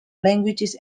languages